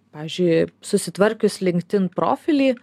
pavyzdžiui susitvarkius linkedin profilį